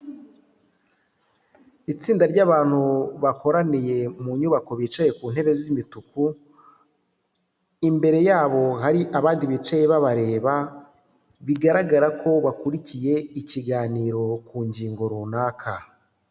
Itsinda ry'abantu bakoraniye mu nyubako bicaye ku ntebe z'imituku, imbere yabo hari abandi bicaye babareba bigaragara ko bakurikiye ikiganiro ku ngingo runaka.